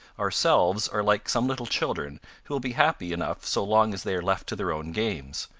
our selves are like some little children who will be happy enough so long as they are left to their own games,